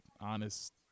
honest